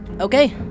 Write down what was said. Okay